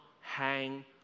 hang